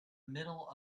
middle